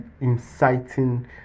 inciting